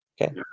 Okay